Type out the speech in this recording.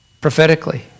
prophetically